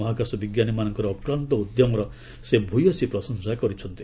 ମହାକାଶ ବିଜ୍ଞାନୀମାନଙ୍କର ଅକ୍ଲାନ୍ତ ଉଦ୍ୟମର ସେ ଭ୍ୟସୀ ପ୍ରଶଂସା କରିଛନ୍ତି